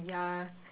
ya